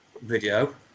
video